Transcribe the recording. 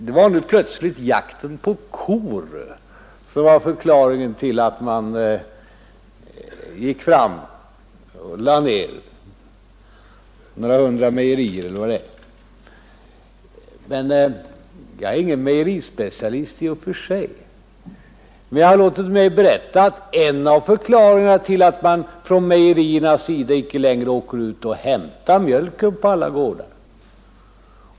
Nu var det plötsligt jakten på kor som var förklaringen till att man lade ner några hundra mejerier. Jag är ingen mejerispecialist, men jag har låtit mig berättas att en av förklaringarna är att man från mejeriernas sida inte längre åker ut och hämtar mjölken på alla gårdar.